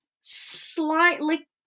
slightly